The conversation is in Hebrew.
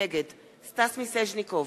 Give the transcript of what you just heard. נגד סטס מיסז'ניקוב,